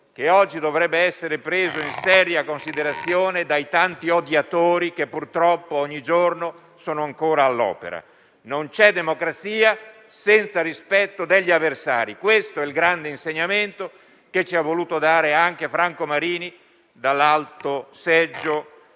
che oggi dovrebbe essere preso in seria considerazione dai tanti odiatori che purtroppo ogni giorno sono ancora all'opera: non c'è democrazia senza rispetto degli avversari. Questo è il grande insegnamento che ci ha voluto dare Franco Marini dall'alto seggio